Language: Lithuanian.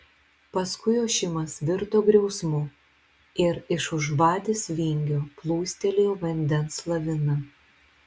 paskui ošimas virto griausmu ir iš už vadės vingio plūstelėjo vandens lavina